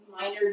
minor